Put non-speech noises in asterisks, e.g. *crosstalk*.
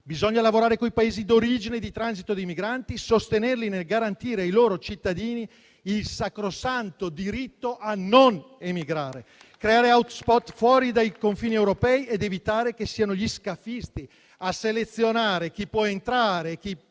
Bisogna lavorare con i Paesi d'origine e di transito dei migranti, sostenerli nel garantire ai loro cittadini il sacrosanto diritto a non emigrare, *applause* creare *hot spot* fuori dai confini europei ed evitare che siano gli scafisti a selezionare chi può entrare e chi non può entrare